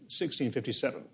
1657